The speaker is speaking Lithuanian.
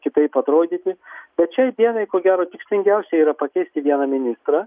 kitaip atrodyti bet šiai dienai ko gero tikslingiausia yra pakeisti vieną ministrą